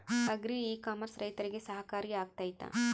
Agri e commerce ರೈತರಿಗೆ ಸಹಕಾರಿ ಆಗ್ತೈತಾ?